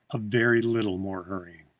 a very little more hurrying!